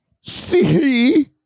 see